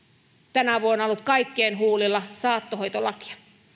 tänä vuonna ollut kaikkien huulilla saattohoitolakia